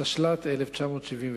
התשל"ט 1979,